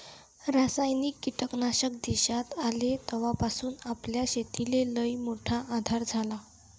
रासायनिक कीटकनाशक देशात आले तवापासून आपल्या शेतीले लईमोठा आधार झाला